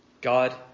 God